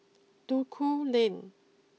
Duku Lane